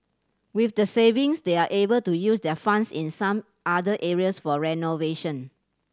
with the savings they're able to use their funds in some other areas for renovation